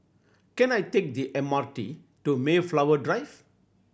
can I take the M R T to Mayflower Drive